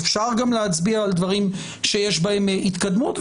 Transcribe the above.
אפשר גם להצביע על דברים שיש בהם התקדמות,